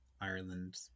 Ireland